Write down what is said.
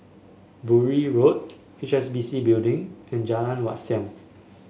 Bury Road H S B C Building and Jalan Wat Siam